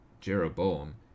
Jeroboam